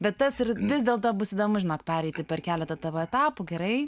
bet tas ir vis dėlto bus įdomu žinot pereiti per keletą tavo etapų gerai